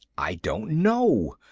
i don't know.